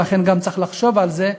ולכן צריך לחשוב גם על זה.